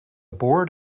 board